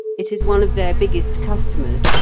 it is one of their biggest customers,